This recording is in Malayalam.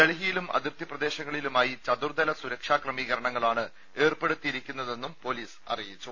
ഡൽഹിയിലും അതിർത്തി പ്രദേശങ്ങളിലുമായി ചതുർതല സുരക്ഷാ ക്രമീകരണങ്ങളാണ് ഏർപ്പെടുത്തിയിരിക്കുന്നതെന്നും പൊലീസ് അറിയിച്ചു